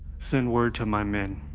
send word to my men,